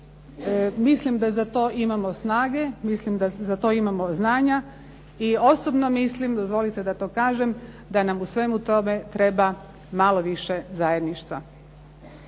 mislim da za to imamo snage, mislim da za to imamo znanja. I osobno mislim, dozvolite da to kažem, da nam u svemu tome treba malo više zajedništva.